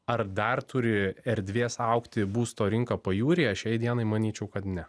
ar dar turi erdvės augti būsto rinka pajūryje šiai dienai manyčiau kad ne